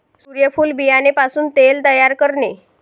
सूर्यफूल बियाणे पासून तेल तयार करणे